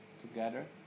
together